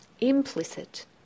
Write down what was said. implicit